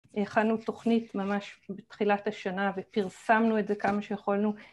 החלנו תוכנית ממש בתחילת השנה ופרסמנו את זה כמה שיכולנו